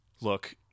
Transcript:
Look